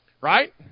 Right